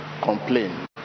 Complain